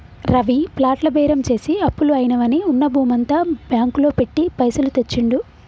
రవి ప్లాట్ల బేరం చేసి అప్పులు అయినవని ఉన్న భూమంతా బ్యాంకు లో పెట్టి పైసలు తెచ్చిండు